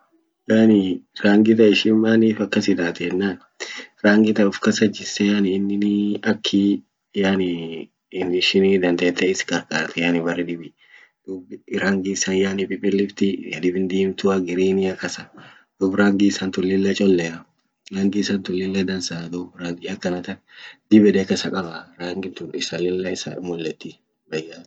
Yani rangi tan ishin manif akas itatii yenan, rangi tan ufkasa jisse yani inini aki yani ishini dandete is qarqart yani bere dibi rangi isan yani pipilifti dibin dimtua grinia kasa dub rangi isan tun lilla cholea rangi isan tun lilla dansa dub rangi akana tan dib yede kasa qabaa rangin tu isa lilla isa mulletiii bayat.